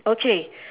okay